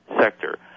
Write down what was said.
sector